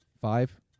Five